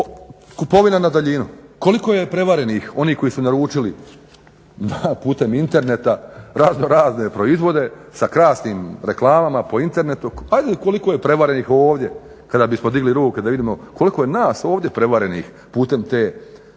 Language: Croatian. Kupovina na daljinu. Koliko je prevarenih, onih koji su naručili putem interneta raznorazne proizvode sa krasnim reklamama po internetu, ajde koliko je prevarenih ovdje kada bismo digli ruke da vidimo koliko je nas ovdje prevarenih putem te